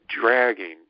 dragging